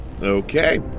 Okay